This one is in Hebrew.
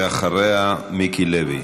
ואחריה, מיקי לוי.